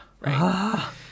right